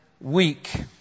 week